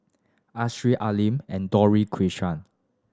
Arasu Al Lim and Dorothy Krishnan